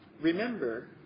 Remember